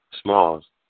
Smalls